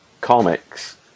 comics